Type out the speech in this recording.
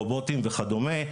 רובוטים כדומה.